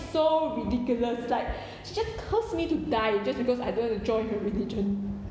so ridiculous like she just cursed me to die just because I don't want to join her religion